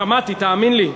שמעתי, תאמין לי.